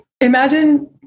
imagine